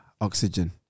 oxygen